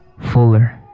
Fuller